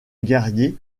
guerrier